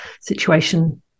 situation